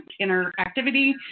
interactivity